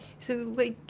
so like,